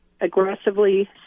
aggressively